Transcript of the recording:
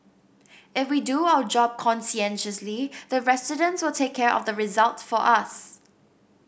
if we do our job conscientiously the residents will take care of the result for us